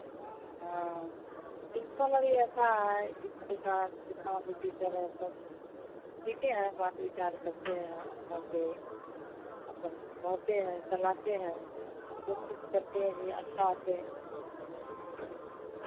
हाँ प्रिंसिपल अभी अच्छा है स्कूल का जितना भी टीचर है सब ठीके है बात विचार करते हैं अच्छा से अपना रहते हैं चलाते हैं कोशिश करते हैं जो अच्छा से